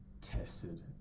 tested